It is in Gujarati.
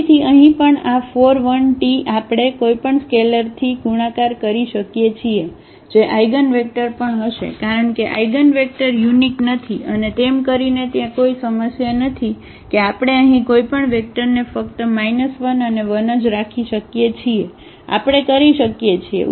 ફરીથી અહીં પણ આ 4 1 t આપણે કોઈપણ સ્કેલેરથી ગુણાકાર કરી શકીએ છીએ જે આઇગનવેક્ટર પણ હશે કારણ કે આઇગનન્વેક્ટર યુનિક નથી અને તેમ કરીને ત્યાં કોઈ સમસ્યા નથી કે આપણે અહીં કોઈપણ વેક્ટરને ફક્ત 1 અને 1 જ રાખી શકીએ છીએ આપણે કરી શકીએ છીએ